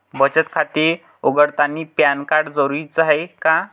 बचत खाते उघडतानी पॅन कार्ड जरुरीच हाय का?